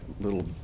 little